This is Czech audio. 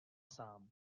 sám